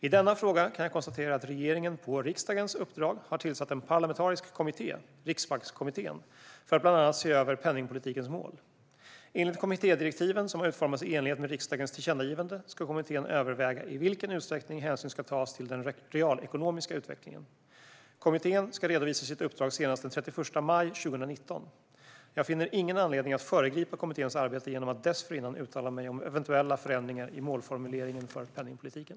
I denna fråga kan jag konstatera att regeringen på riksdagens uppdrag har tillsatt en parlamentarisk kommitté, Riksbankskommittén, för att bland annat se över penningpolitikens mål. Enligt kommittédirektiven, som har utformats i enlighet med riksdagens tillkännagivande, ska kommittén överväga i vilken utsträckning hänsyn ska tas till den realekonomiska utvecklingen. Kommittén ska redovisa sitt uppdrag senast den 31 maj 2019. Jag finner ingen anledning att föregripa kommitténs arbete genom att dessförinnan uttala mig om eventuella förändringar i målformuleringen för penningpolitiken.